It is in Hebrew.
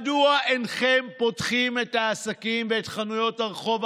מדוע אינכם פותחים את העסקים ואת חנויות הרחוב?